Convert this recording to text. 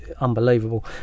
unbelievable